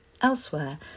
Elsewhere